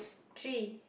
three